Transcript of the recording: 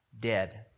dead